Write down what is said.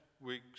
week's